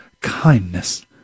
kindness